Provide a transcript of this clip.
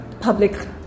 public